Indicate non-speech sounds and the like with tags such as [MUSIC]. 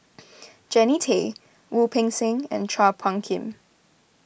[NOISE] Jannie Tay Wu Peng Seng and Chua Phung Kim